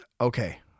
okay